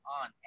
on